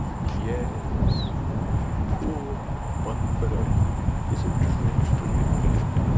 yes poor bunbury is a dreadful invalid.